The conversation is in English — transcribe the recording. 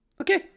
Okay